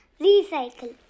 recycle